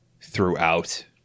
throughout